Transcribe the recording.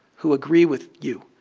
who agree with you.